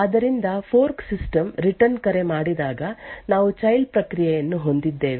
ಆದ್ದರಿಂದ fork system return ಕರೆ ಮಾಡಿದಾಗ ನಾವು ಚೈಲ್ಡ್ ಪ್ರಕ್ರಿಯೆಯನ್ನು ಹೊಂದಿದ್ದೇವೆ